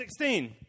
2016